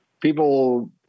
People